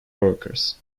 workers